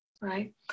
right